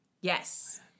Yes